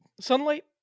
Sunlight